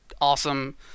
awesome